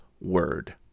Word